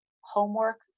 homework